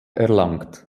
erlangt